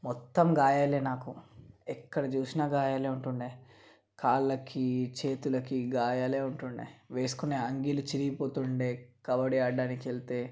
మొత్తం గాయలే నాకు ఎక్కడ చూసినా గాయాలే ఉంటుండే కాళ్ళకి చేతులకి గాయాలే ఉంటుండే వేసుకునే అంగీలు చినిగిపోతుండేవి కబడ్డీ ఆడటానికి వెళితే